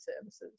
services